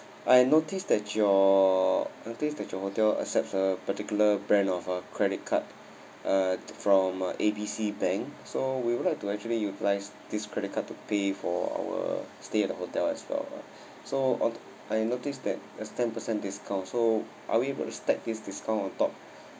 I notice that your I notice that your hotel accept a particular brand of uh credit card uh from uh A B C bank so we would like to actually utilise this credit card to pay for our stay at the hotel as well so I noticed that there's ten percent discount so are we able to stack this discount on top